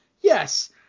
yes –